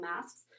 masks